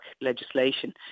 legislation